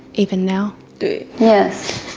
even now? yes.